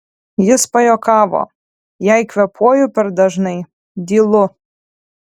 jis pajuokavo jei kvėpuoju per dažnai dylu